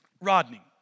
Rodney